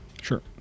Sure